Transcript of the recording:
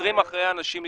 שוטרים אחרי האנשים להתחסן.